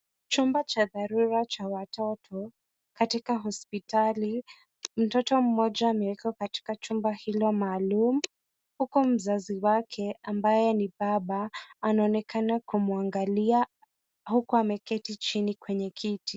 Chumba cha dharura cha watoto katika hospitali. Mtoto mmoja amewekwa katika chumba kila maalum huku mzazi wake ambaye ni baba anaonekana kumwangalia huku ameketi chini kwenye kiti.